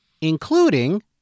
including